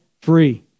free